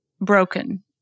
broken